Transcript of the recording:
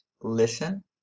listen